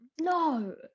No